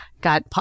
got